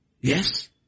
Yes